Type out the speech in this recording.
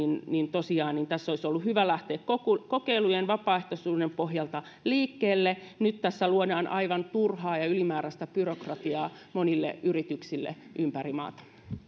tosiaan tässä olisi ollut hyvä lähteä kokeilujen ja vapaaehtoisuuden pohjalta liikkeelle nyt tässä luodaan aivan turhaa ja ja ylimääräistä byrokratiaa monille yrityksille ympäri maata